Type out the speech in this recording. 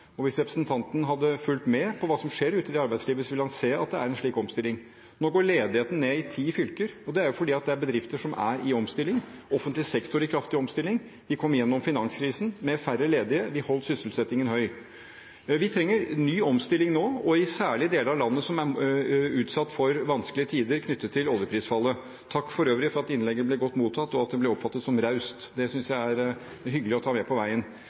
dag. Hvis representanten hadde fulgt med på hva som skjer ute i arbeidslivet, så ville han sett at det er en slik omstilling. Nå går ledigheten ned i ti fylker, og det er fordi bedrifter er i omstilling. Offentlig sektor er i kraftig omstilling. Vi kom gjennom finanskrisen med færre ledige – vi holdt sysselsettingen høy. Vi trenger en ny omstilling nå, og særlig i deler av landet som er utsatt for vanskelige tider, knyttet til oljeprisfallet. Takk for øvrig for at innlegget ble godt mottatt, og at det ble oppfattet som raust. Det synes jeg er hyggelig å ta med på veien.